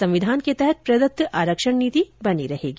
संविधान के तहत प्रदत्त आरक्षण नीति बनी रहेगी